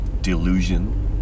delusion